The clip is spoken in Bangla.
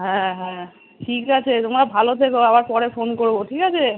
হ্যাঁ হ্যাঁ ঠিক আছে তোমরা ভালো থেকো আবার পরে ফোন করবো ঠিক আছে